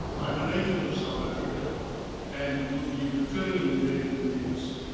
i'm a native of south africa and will be returning there in the next